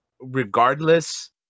regardless